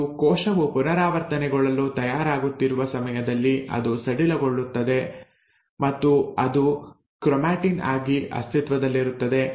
ಮತ್ತು ಕೋಶವು ಪುನರಾವರ್ತನೆಗೊಳ್ಳಲು ತಯಾರಾಗುತ್ತಿರುವ ಸಮಯದಲ್ಲಿ ಅದು ಸಡಿಲಗೊಳ್ಳುತ್ತದೆ ಮತ್ತು ಅದು ಕ್ರೊಮ್ಯಾಟಿನ್ ಆಗಿ ಅಸ್ತಿತ್ವದಲ್ಲಿರುತ್ತದೆ